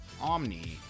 Omni